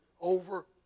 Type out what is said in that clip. over